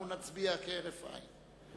אנחנו נצביע כהרף עין.